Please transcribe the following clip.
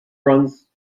runs